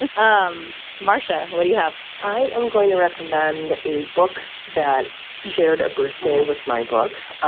and um marcia, what do you have? i am going to recommend a book that shared a birthday with my book.